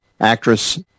actress